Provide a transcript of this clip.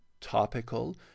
topical